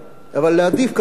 אבל להעדיף כחול-לבן.